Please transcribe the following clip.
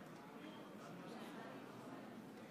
נמנעים.